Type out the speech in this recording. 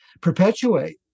perpetuate